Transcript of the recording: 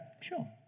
sure